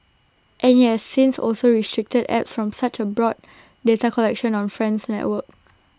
and IT has since also restricted apps from such abroad data collection on friends networks